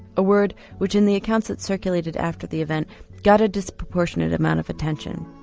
a word which in the accounts that circulated after the event got a disproportionate amount of attention.